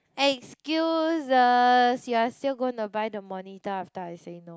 excuses you are still going to buy the monitor after I say no